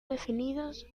definidos